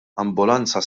ambulanza